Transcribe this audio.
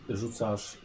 rzucasz